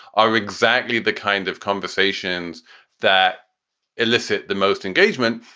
are exactly the kind of conversations that elicit the most engagement,